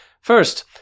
First